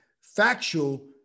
factual